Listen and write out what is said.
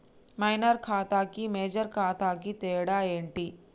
Minor ఖాతా కి major ఖాతా కి తేడా ఏంటి?